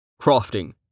Crafting